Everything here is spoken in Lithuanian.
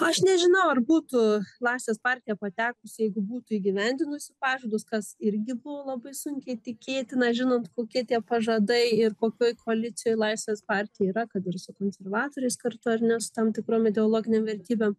aš nežinau ar būtų klasės partija patekusi jeigu būtų įgyvendinusi pažadus kas irgi buvo labai sunkiai tikėtina žinant kokie tie pažadai ir kokioj koalicijoj laisvės partija yra kad ir su konservatoriais kartu ar ne su tam tikrom ideologinėm vertybėm